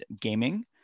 gaming